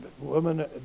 women